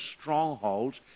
strongholds